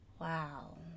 wow